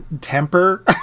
temper